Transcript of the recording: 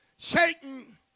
Satan